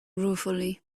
ruefully